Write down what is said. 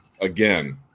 again